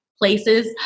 places